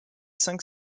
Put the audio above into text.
cinq